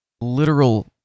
literal